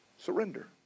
Surrender